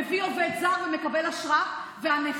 מביא עובד זר ומקבל אשרה והנכה